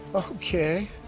okay